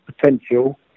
potential